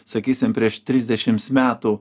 sakysim prieš trisdešims metų